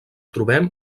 trobem